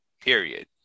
Period